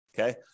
okay